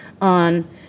on